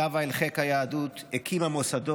שבה אל חיק היהדות, הקימה מוסדות,